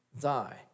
Thy